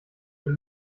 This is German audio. für